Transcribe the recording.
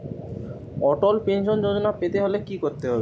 অটল pension Yojana পেতে হলে কি করতে হবে?